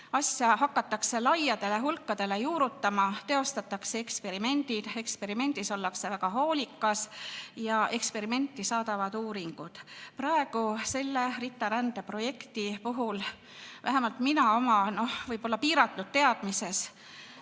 asja hakatakse laiadesse hulkadesse juurutama, teostatakse eksperimendid. Eksperimendis ollakse väga hoolikas ja eksperimenti saadavad uuringud. Praegu selle RITA-rände projekti puhul vähemalt mina oma piiratud teadmises